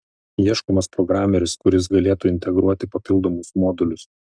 ieškomas programeris kuris galėtų integruoti papildomus modulius